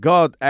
God